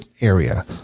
area